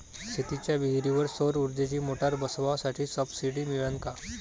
शेतीच्या विहीरीवर सौर ऊर्जेची मोटार बसवासाठी सबसीडी मिळन का?